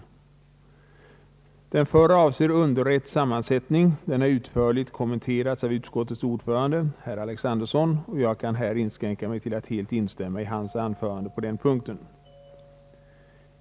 Den förra avser underrätts sammansättning, och den har utförligt kommenterats av utskottets ordförande herr Alexanderson. Jag kan inskränka mig till att helt instämma i hans synpunkter.